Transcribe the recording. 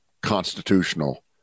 constitutional